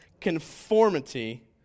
conformity